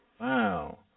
Wow